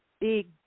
big